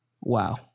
wow